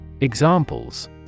Examples